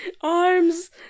Arms